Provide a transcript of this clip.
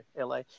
LA